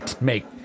make